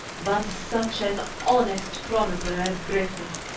but such an honest chronicler as griffith.